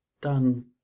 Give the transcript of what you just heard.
done